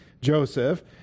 Joseph